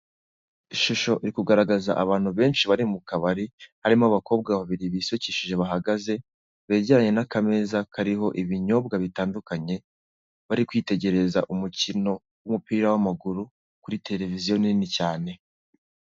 Ishusho iri kugaragaza abantu benshi bari mu kabari, harimo abakobwa babiri bisukishije bahagaze, begeranye akameza kariho ibinyobwa bitandukanye, bari kwitegerereza umukino w'umupira w'amaguru kuri televiziyo nini cyane.